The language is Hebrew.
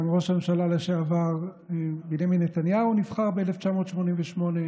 גם ראש הממשלה לשעבר בנימין נתניהו נבחר ב-1988.